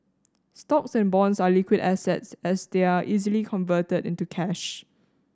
stocks and bonds are liquid assets as they are easily converted into cash